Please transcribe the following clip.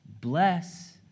Bless